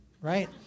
right